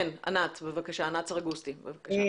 ענת סרגוסטי, בבקשה.